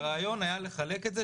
הרעיון היה חלוקה בנטל.